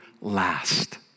last